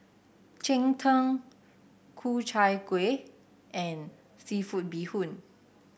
Cheng Tng Ku Chai Kuih and seafood Bee Hoon